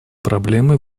проблемы